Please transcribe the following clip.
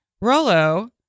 Rolo